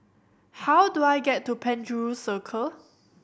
how do I get to Penjuru Circle